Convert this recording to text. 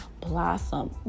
blossom